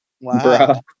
Wow